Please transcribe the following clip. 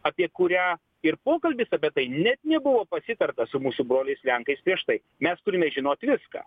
apie kurią ir pokalbis apie tai net nebuvo pasitarta su mūsų broliais lenkais prieš tai mes turime žinot viską